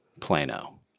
Plano